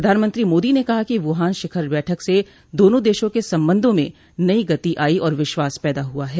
प्रधानमंत्री मोदी ने कहा कि वुहान शिखर बैठक से दोनों देशों के संबंधों में नई गति आई और विश्वास पैदा हुआ है